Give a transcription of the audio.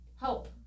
help